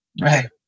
Right